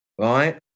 right